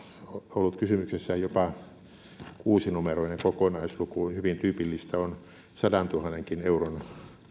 ollut kysymyksessä jopa kuusinumeroinen kokonaisluku hyvin tyypillistä on sadantuhannenkin euron